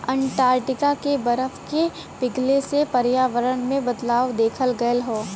Antarctica के बरफ के पिघले से पर्यावरण में बदलाव देखल गयल हौ